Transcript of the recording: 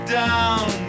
down